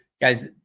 Guys